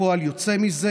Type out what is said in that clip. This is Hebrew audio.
וכפועל יוצא מזה,